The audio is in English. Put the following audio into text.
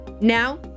Now